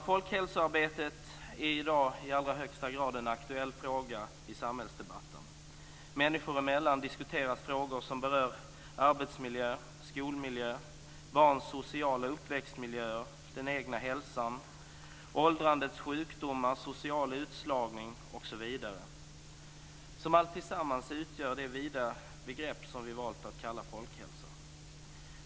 Folkhälsoarbetet är i dag i allra högsta grad en aktuell fråga i samhällsdebatten. Människor emellan diskuteras frågor som berör arbetsmiljö, skolmiljö, barns sociala uppväxtmiljöer, den egna hälsan, åldrandets sjukdomar, social utslagning, osv., som tillsammans utgör det vida begrepp som vi valt att kalla folkhälsa.